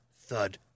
thud